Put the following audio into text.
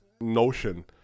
notion